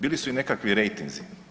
Bili su i nekakvi rejtinzi.